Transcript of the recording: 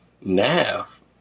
Nav